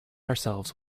ourselves